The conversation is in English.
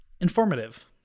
informative